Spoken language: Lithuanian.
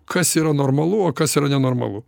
kas yra normalu o kas yra nenormalu